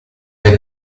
del